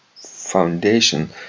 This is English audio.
foundation